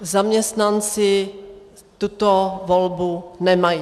Zaměstnanci tuto volbu nemají.